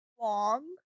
long